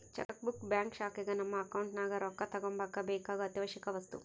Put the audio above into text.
check book bank ಶಾಖೆಗ ನಮ್ಮ account ನಗ ರೊಕ್ಕ ತಗಂಬಕ ಬೇಕಾಗೊ ಅತ್ಯಾವಶ್ಯವಕ ವಸ್ತು